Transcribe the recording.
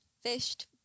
fished